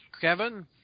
Kevin